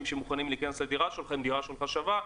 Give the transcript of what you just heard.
שמוכנים להיכנס לדירה שלך אם הדירה שלך שווה,